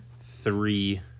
three